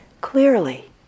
clearly